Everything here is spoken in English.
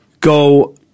go